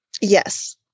Yes